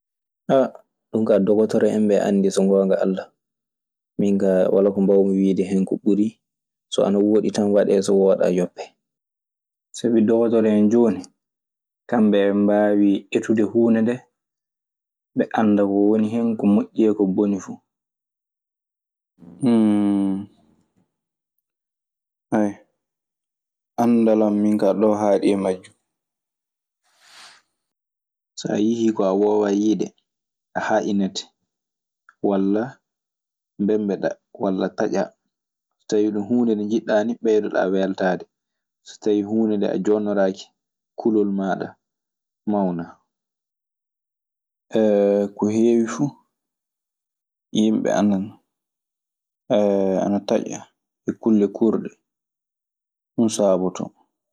So a yihii ko a woowaa yiide, a haaynete, walla mbembeɗaa, walla tañaa. So tawi ɗun huunde nde njiɗɗaa nii, ɓeydoɗaa weltaade. So tawii ɗun huunde nde a jooɗnoraaki kulol maaɗa mawnan.